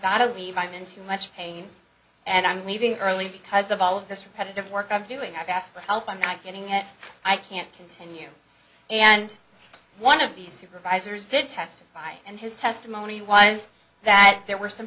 got to leave i'm in too much pain and i'm leaving early because of all of this repetitive work i'm doing i've asked for help i'm not getting at i can't continue and one of the supervisors did testify and his testimony was that there were some